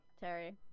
terry